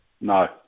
No